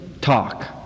talk